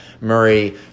Murray